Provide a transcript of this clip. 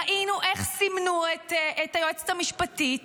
ראינו איך סימנו את היועצת המשפטית